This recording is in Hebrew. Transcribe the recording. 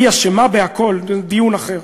היא אשמה בכול, זה דיון אחר.